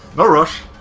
no rush,